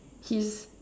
his